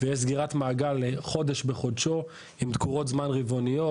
ויש סגירת מעגל כל חודש בחודשו עם דקורות זמן רבעוניות,